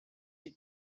est